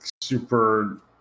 super